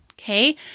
okay